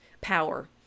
power